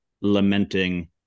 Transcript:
lamenting